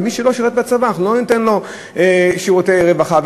ומי שלא שירת בצבא לא ניתן לו שירותי רווחה,